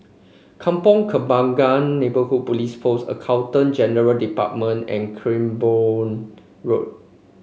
Kampong Kembangan Neighbourhood Police Post Accountant General Department and Cranborne Road